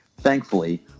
Thankfully